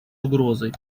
угрозой